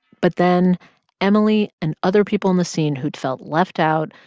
but then emily and other people in the scene who'd felt left out,